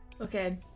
Okay